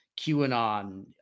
QAnon